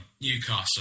newcastle